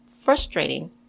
frustrating